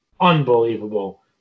Unbelievable